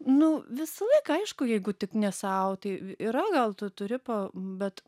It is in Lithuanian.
nu visą laiką aišku jeigu tik ne sau tai yra gal tu turi po bet